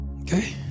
Okay